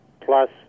plus